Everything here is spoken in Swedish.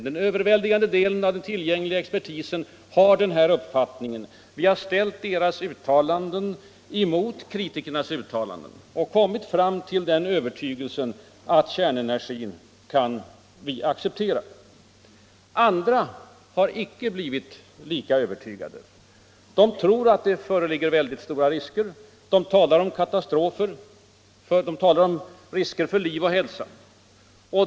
Den överväldigande delen av all tillgänglig expertis har hävdat denna uppfattning. Vi har ställt deras uttalanden emot kritikernas uttalanden och kommit fram till övertygelsen att vi kan acceptera kärnenergin. Andra har icke blivit lika övertygade. De tror att det föreligger väldigt stora risker för liv och hälsa.